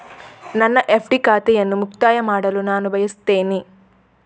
ನನ್ನ ಎಫ್.ಡಿ ಖಾತೆಯನ್ನು ಮುಕ್ತಾಯ ಮಾಡಲು ನಾನು ಬಯಸ್ತೆನೆ